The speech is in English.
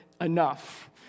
enough